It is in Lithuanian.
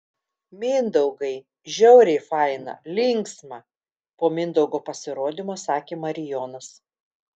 mindaugai žiauriai faina linksma po mindaugo pasirodymo sakė marijonas